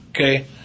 Okay